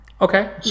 Okay